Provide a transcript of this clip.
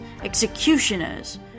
executioners